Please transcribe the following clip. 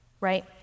right